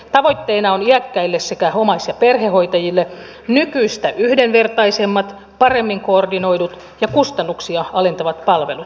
tavoitteena on iäkkäille sekä omais ja perhehoitajille nykyistä yhdenvertaisemmat paremmin koordinoidut ja kustannuksia alentavat palvelut